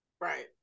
Right